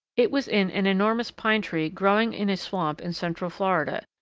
it was in an enormous pine tree growing in a swamp in central florida,